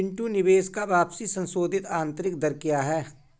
पिंटू निवेश का वापसी संशोधित आंतरिक दर क्या है?